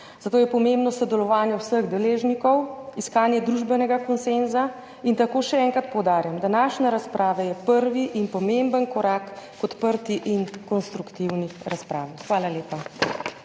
zato je pomembno sodelovanje vseh deležnikov, iskanje družbenega konsenza. In tako še enkrat poudarjam, današnja razprava je prvi in pomemben korak k odprti in konstruktivni razpravi. Hvala lepa.